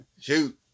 shoot